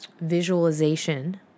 visualization